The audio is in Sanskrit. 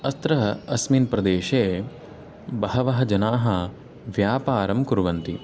अत्र अस्मिन् प्रदेशे बहवः जनाः व्यापारं कुर्वन्ति